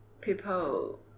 people